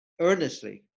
earnestly